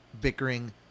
bickering